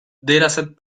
dataset